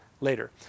later